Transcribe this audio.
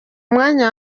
mwanya